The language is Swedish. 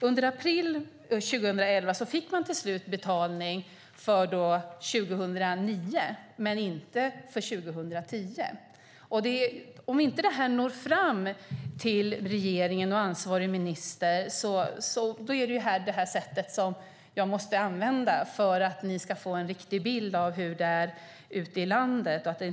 Under april 2011 fick man till slut betalning för 2009, men inte för 2010. Om detta inte når fram till regeringen och ansvarig minister är detta det sätt jag måste använda för att ni ska få en riktig bild av hur det är ute i landet.